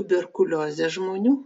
tuberkulioze žmonių